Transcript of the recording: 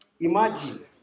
Imagine